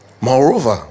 Moreover